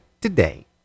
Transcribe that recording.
today